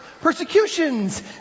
persecutions